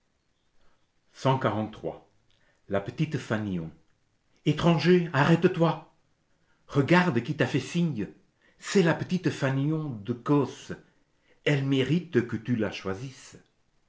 la petite phaniôn étranger arrête-toi regarde qui t'a fait signe c'est la petite phaniôn de kôs elle mérite que tu la choisisses